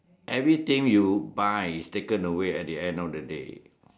everything you buy is taken away at the end of day